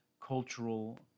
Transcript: cultural